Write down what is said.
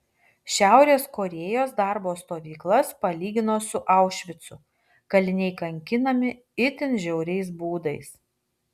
šiaurės korėjos darbo stovyklas palygino su aušvicu kaliniai kankinami itin žiauriais būdais